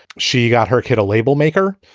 she got her kid, a label maker,